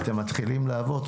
ואתם מתחילים לעבוד,